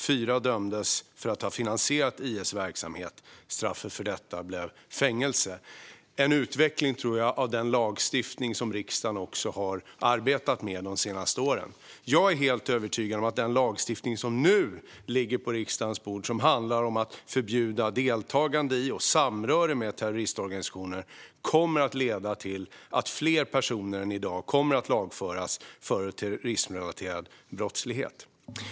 Fyra personer dömdes för att ha finansierat IS verksamhet. Straffet för detta blev fängelse. Detta tror jag är en utveckling av den lagstiftning som riksdagen de senaste åren har arbetat med. Jag är helt övertygad om att den lagstiftning som nu ligger på riksdagens bord och som handlar om att förbjuda deltagande i och samröre med terroristorganisationer kommer att leda till att fler personer än i dag kommer att lagföras för terrorismrelaterad brottslighet.